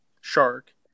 Shark